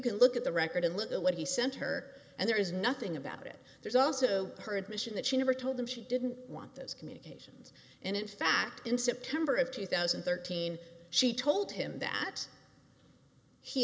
can look at the record and look at what he sent her and there is nothing about it there's also her admission that she never told him she didn't want those communications and in fact in september of two thousand and thirteen she told him that he